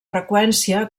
freqüència